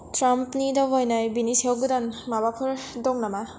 ट्राम्पनि दावबायनाय बेननि सायाव गोदान माबाफोर दं नामा